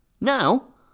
Now